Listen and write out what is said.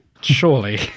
Surely